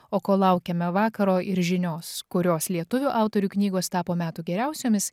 o kol laukiame vakaro ir žinios kurios lietuvių autorių knygos tapo metų geriausiomis